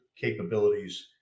capabilities